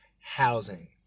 housing